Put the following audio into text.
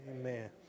amen